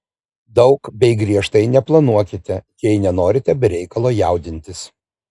daug bei griežtai neplanuokite jei nenorite be reikalo jaudintis